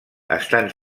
estan